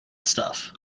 stuff